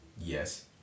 Yes